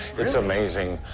it's amazing.